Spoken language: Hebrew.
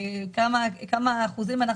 כמה אחוזים אנחנו